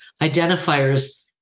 identifiers